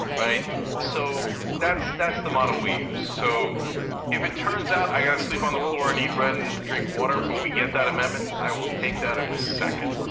so that's that's the model we use. so if it turns out i gotta sleep on the floor, and eat bread and drink water, but we get that amendment, i will take that in a second.